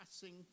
passing